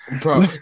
Bro